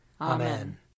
Amen